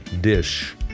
dish